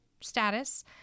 status